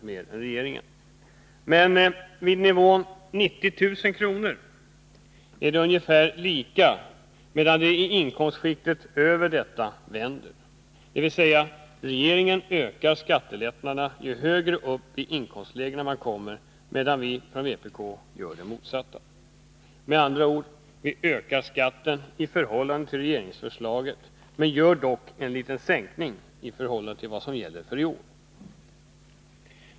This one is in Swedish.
mer än regeringen. Vid nivån 90 000 är det ungefär lika, men sedan vänder vår kurva — regeringen ökar skattelättnaderna ju högre upp i inkomstlägena man kommer, medan vpk gör det motsatta. Med andra ord: Vi ökar skatten i förhållande till regeringsförslaget, men det blir ändå en liten sänkning i förhållande till vad som gäller för i år.